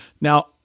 now